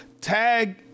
tag